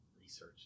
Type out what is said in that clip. research